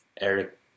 Eric